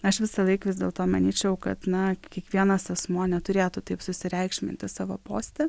aš visąlaik vis dėlto manyčiau kad na kiekvienas asmuo neturėtų taip susireikšminti savo poste